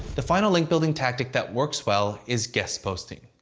the final link building tactic that works well is guest posting.